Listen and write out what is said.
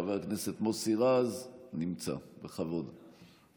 חבר הכנסת מוסי רז נמצא, בכבוד.